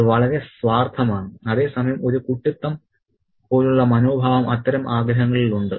അത് വളരെ സ്വാർത്ഥമാണ് അതേ സമയം ഒരു കുട്ടിത്വം പോലുള്ള മനോഭാവം അത്തരം ആഗ്രഹങ്ങളിൽ ഉണ്ട്